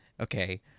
Okay